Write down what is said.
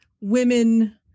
women